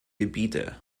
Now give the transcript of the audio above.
gebiete